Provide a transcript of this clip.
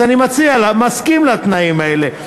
אז אני מסכים לתנאים האלה.